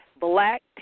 black